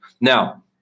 Now